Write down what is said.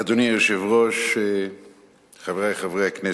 אדוני היושב-ראש, חברי חברי הכנסת,